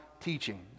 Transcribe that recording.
teaching